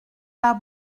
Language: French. pas